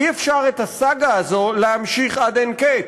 אי-אפשר את הסאגה הזו להמשיך עד אין-קץ.